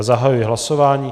Zahajuji hlasování.